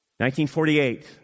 1948